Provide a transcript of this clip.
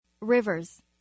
Rivers